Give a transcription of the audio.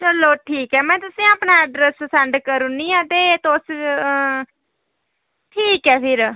चलो ठीक ऐ में तुसें ई अपना ऐड्रैस सैंड करी ओड़नी आं ते तुस ठीक ऐ फ्ही